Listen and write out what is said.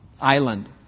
island